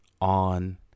on